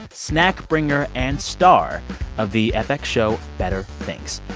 snack-bringer and star of the fx show better things.